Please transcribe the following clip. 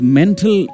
mental